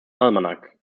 almanac